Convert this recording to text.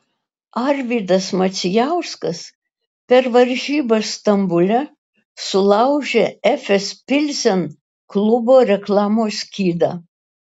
arvydas macijauskas per varžybas stambule sulaužė efes pilsen klubo reklamos skydą